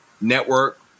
Network